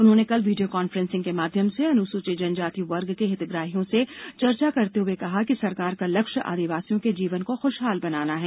उन्होंने कल video conferencing के माध्यम से अनुसूचित जनजाति वर्ग के हितग्राहियों से चर्चा करते हुए कहा कि सरकार का लक्ष्य आदिवासियों के जीवन को खुशहाल बनाना है